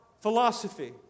philosophy